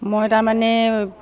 মই তাৰমানে